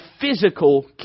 physical